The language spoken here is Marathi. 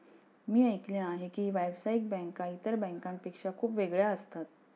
मी ऐकले आहे की व्यावसायिक बँका इतर बँकांपेक्षा खूप वेगळ्या असतात